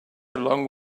along